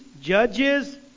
Judges